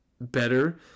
better